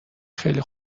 خیلی